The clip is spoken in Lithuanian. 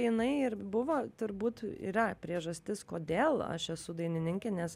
jinai ir buvo turbūt yra priežastis kodėl aš esu dainininkė nes